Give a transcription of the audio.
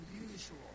unusual